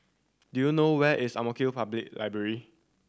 do you know where is Ang Mo Kio Public Library